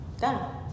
Done